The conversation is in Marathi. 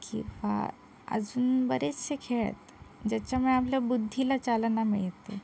किंवा अजून बरेचसे खेळ आहेत ज्याच्यामुळे आपल्या बुद्धीला चालना मिळते